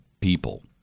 people